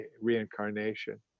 reincarnation